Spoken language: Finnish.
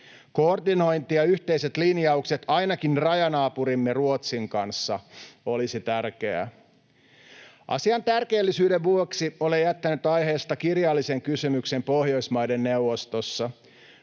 Koordinointi ja yhteiset linjaukset ainakin rajanaapurimme Ruotsin kanssa olisi tärkeää. Asian tärkeellisyyden vuoksi olen jättänyt aiheesta kirjallisen kysymyksen Pohjoismaiden neuvostossa.